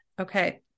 okay